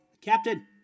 Captain